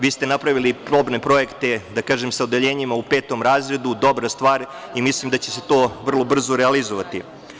Vi ste napravili probne projekte sa odeljenjima u petom razredu, dobra stvar, i mislim da će se to vrlo brzo realizovati.